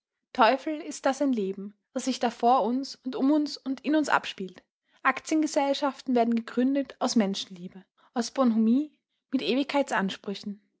teufel ist das ein leben das sich da vor uns und um uns und in uns abspielt aktiengesellschaften werden gegründet aus menschenliebe aus bonhomie mit